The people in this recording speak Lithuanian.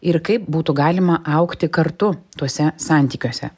ir kaip būtų galima augti kartu tuose santykiuose